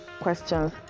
questions